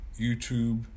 YouTube